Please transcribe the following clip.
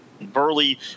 Burley